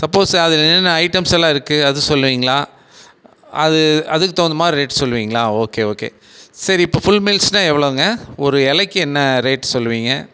suppose அது என்னென்ன ஐட்டம்ஸ்லாம் இருக்குதுஅது சொல்கீறிங்களா அது அதுக்கு தகுந்த மாதிரி ரேட்டு சொல்லுவீங்களா ஓகே ஓகே சரி இப்போது ஃபுல் மீல்ஸ்னா எவ்வளோங்க ஒரு இலைக்கு என்ன ரேட்டு சொல்லுவீங்கள்